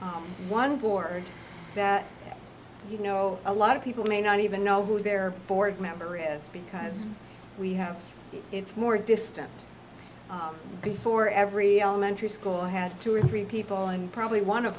one board that you know a lot of people may not even know who their board member is because we have it's more distant before every elementary school has two or three people and probably one of